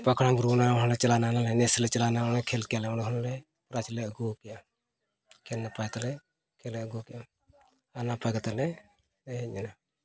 ᱯᱟᱠᱲᱟ ᱵᱩᱨᱩ ᱚᱸᱰᱮ ᱦᱚᱸᱞᱮ ᱪᱟᱞᱟᱣᱮᱱᱟ ᱚᱸᱰᱮ ᱱᱮᱥ ᱞᱮ ᱪᱟᱞᱟᱣᱮᱱᱟ ᱚᱸᱰᱮ ᱠᱷᱮᱞ ᱠᱮᱜᱼᱟ ᱞᱮ ᱚᱸᱰᱮ ᱦᱚᱸᱞᱮ ᱯᱨᱟᱭᱤᱡᱽ ᱞᱮ ᱟᱹᱜᱩ ᱠᱮᱜᱼᱟ ᱠᱷᱮᱞ ᱱᱟᱯᱟᱭ ᱛᱮᱞᱮ ᱠᱷᱮᱞ ᱟᱹᱜᱩ ᱠᱮᱜᱼᱟ ᱟᱨ ᱱᱟᱯᱟᱭ ᱠᱟᱛᱮᱞᱮ ᱮᱱᱮᱡ ᱮᱱᱟ